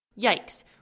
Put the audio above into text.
Yikes